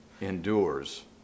endures